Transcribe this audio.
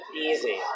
Easy